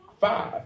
five